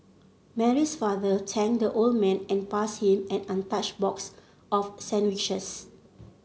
Mary's father thanked the old man and passed him an untouched box of sandwiches